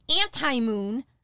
anti-moon